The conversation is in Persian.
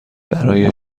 برای